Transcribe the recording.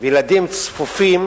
וילדים צפופים